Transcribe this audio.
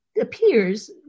appears